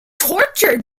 torture